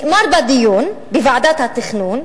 שתיים.